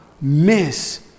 miss